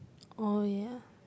oh ya